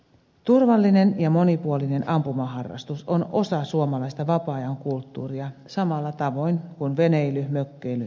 turvallinen ja monipuolinen ampumaharrastus on osa suomalaista vapaa ajan kulttuuria samalla tavoin kuin veneily mökkeily ja retkeily